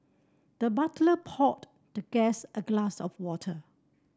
the butler poured the guest a glass of water